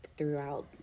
Throughout